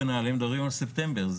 בנעל"ה מדברים על ספטמבר,